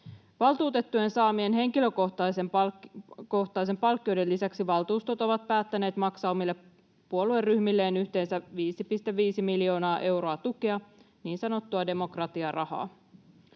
Valtuutettujen saamien henkilökohtaisten palkkioiden lisäksi valtuustot ovat päättäneet maksaa omille puolueryhmilleen yhteensä 5,5 miljoonaa euroa tukea, niin sanottua demokratiarahaa.